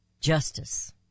Justice